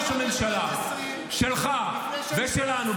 אז ראש הממשלה שלך ושלנו,